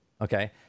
okay